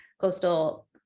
coastal